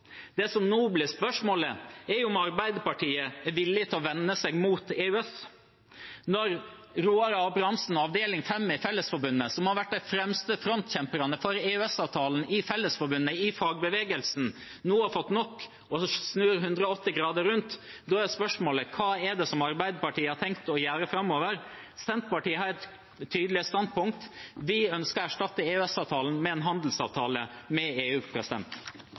Det som nå blir spørsmålet, er om Arbeiderpartiet er villig til å vende seg mot EØS. Når Roar Abrahamsen, avdeling 5 i Fellesforbundet, som har vært av de fremste frontkjemperne for EØS-avtalen i Fellesforbundet, i fagbevegelsen, nå har fått nok og snur 180 grader rundt, da er spørsmålet: Hva er det Arbeiderpartiet har tenkt å gjøre framover? Senterpartiet har et tydelig standpunkt: Vi ønsker å erstatte EØS-avtalen med en handelsavtale med EU.